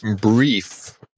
brief